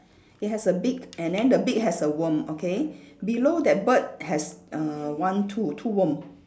it has a beak and then the beak has a worm okay below that bird has uh one two two worm